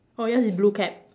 orh yours is blue cap